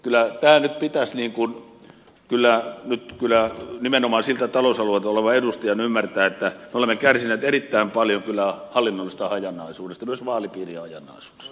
kyllä tämä nyt pitäisi nimenomaan siltä talousalueelta tulevan edustajan ymmärtää että me olemme kärsineet erittäin paljon hallinnollisesta hajanaisuudesta myös vaalipiirien hajanaisuudesta